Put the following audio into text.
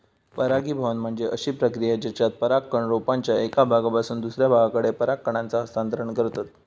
परागीभवन म्हणजे अशी प्रक्रिया जेच्यात परागकण रोपाच्या एका भागापासून दुसऱ्या भागाकडे पराग कणांचा हस्तांतरण करतत